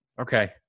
Okay